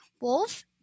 wolf